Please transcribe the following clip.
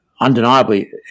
undeniably